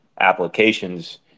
applications